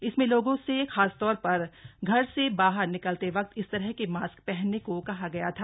इसमें लोगों से खासतौर पर घर से बाहर निकलते वक्त इस तरह के मास्क पहनने को कहा गया था